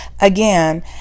again